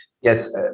yes